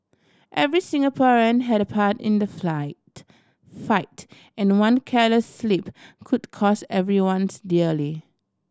every Singaporean had a part in the flight fight and one careless slip could cost everyone's dearly